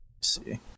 see